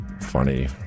funny